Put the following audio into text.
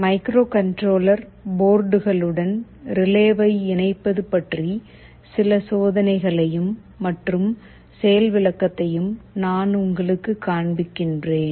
microcontroller போர்டுகளுடன் ரிலேவை இணைப்பது பற்றி சில சோதனைகளையும் மற்றும் செயல் விளக்கத்தையும் நான் உங்களுக்குக் காண்பிக்கிறேன்